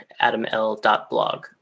adaml.blog